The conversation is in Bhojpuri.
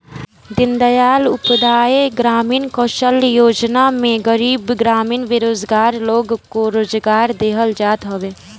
दीनदयाल उपाध्याय ग्रामीण कौशल्य योजना में गरीब ग्रामीण बेरोजगार लोग को रोजगार देहल जात हवे